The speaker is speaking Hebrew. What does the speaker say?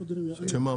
שמה?